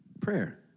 prayer